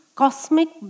cosmic